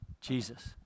Jesus